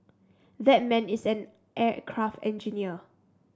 that man is an aircraft engineer